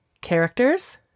characters